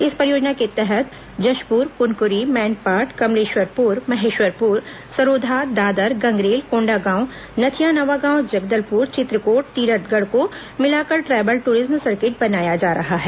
इस परियोजना के तहत जशपुर क्नक्री मैनपाट कमलेश्वरपुर महेश्वरपुर सरोधा दादर गंगरेल कोंडागांव नथिया नवागांव जगदलपुर चित्रकोट तीरथगढ़ को मिलाकर ट्रायबल टूरिज्म सर्किट बनाया जा रहा है